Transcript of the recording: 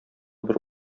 бер